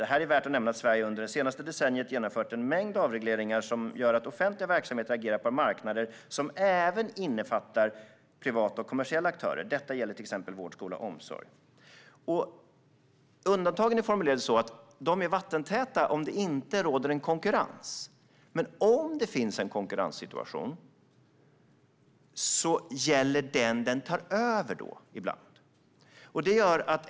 Det är värt att nämna att Sverige under det senaste decenniet har genomfört en mängd avregleringar som gör att offentliga verksamheter agerar på marknader som även innefattar privata och kommersiella aktörer. Det gäller till exempel vård, skola och omsorg. Undantagen är formulerade så att de är vattentäta om det inte råder en konkurrens. Om det finns en konkurrenssituation tar den över ibland.